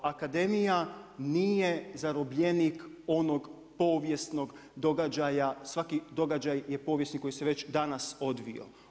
Akademija nije zarobljenik onog povijesnog događaja, svaki događaj je povijesni koji se već danas odvijao.